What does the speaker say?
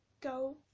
Go